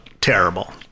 terrible